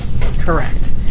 Correct